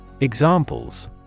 Examples